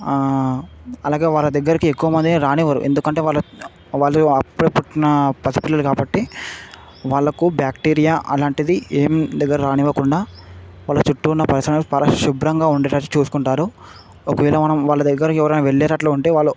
అలాగే వాళ్ళ దగ్గరికి ఎక్కువ మందిని రానివ్వరు ఎందుకంటే వాళ్ళు వాళ్ళు అప్పుడే పుట్టిన పసిపిల్లలు కాబట్టి వాళ్ళకు బ్యాక్టీరియా అలాంటివి ఎం దగ్గర రానివ్వకుండా వాళ్ళ చుట్టూ ఉన్న పరిసరాలను పరిశుభ్రంగా ఉండేటట్టు చూసుకుంటారు ఒకవేళ ఎవరైనా వాళ్ళ దగ్గరికి వెళ్ళేటట్టు ఉంటే